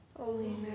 Holy